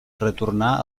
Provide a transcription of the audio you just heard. retornà